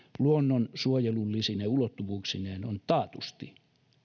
luonnonsuojelullisine ulottuvuuksineen on taatusti